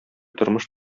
тормыш